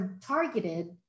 targeted